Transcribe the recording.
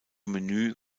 menü